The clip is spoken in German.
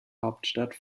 hauptstadt